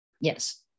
Yes